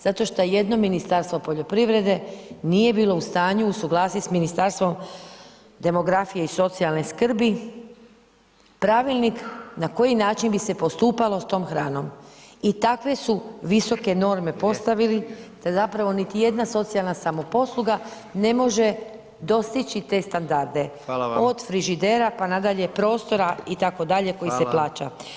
Zato što jedno Ministarstvo poljoprivrede nije bilo u stanju usuglasit s Ministarstvom demografije i socijalne skrbi Pravilnik na koji način bi se postupalo s tom hranom i takve su visoke norme postavili, da zapravo niti jedna socijalna samoposluga ne može dostići te standarde [[Upadica: Hvala vam]] od frižidera, pa nadalje, prostora itd. koji se plaća.